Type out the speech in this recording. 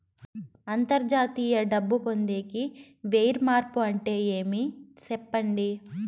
అంతర్జాతీయ డబ్బు పొందేకి, వైర్ మార్పు అంటే ఏమి? సెప్పండి?